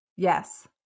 Yes